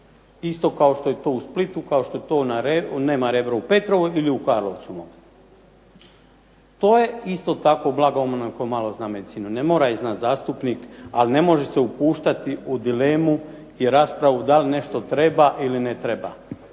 isto kao što je to u Splitu u Petrovoj ili u Karlovcu. To je isto tako blago onome tko zna malo o medicini. Ne mora je znati zastupnik ali ne može se upuštati u dilemu ili raspravu da li nešto treba ili ne treba.